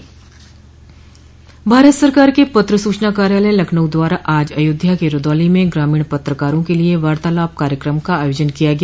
भारत सरकार के पत्र सूचना कार्यालय लखनऊ द्वारा आज अयोध्या के रूदौली में ग्रामीण पत्रकारों के लिये वार्तालाप कार्यक्रम का आयोजन किया गया